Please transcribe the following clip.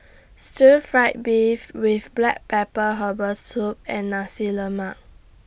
Stir Fried Beef with Black Pepper Herbal Soup and Nasi Lemak